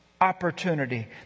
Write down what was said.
opportunity